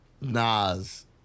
Nas